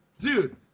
Dude